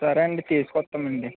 సరే అండి తీసుకోస్తామండీ